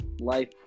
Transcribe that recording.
life